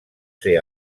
ser